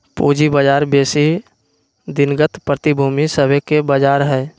पूजी बजार बेशी दिनगत प्रतिभूति सभके बजार हइ